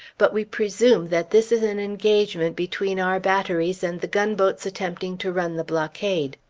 but we presume that this is an engagement between our batteries and the gunboats attempting to run the blockade.